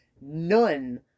None